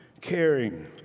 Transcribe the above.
caring